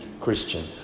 Christian